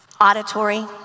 auditory